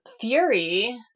fury